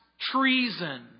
Treason